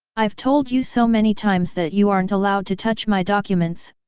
i've told you so many times that you aren't allowed to touch my documents,